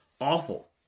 awful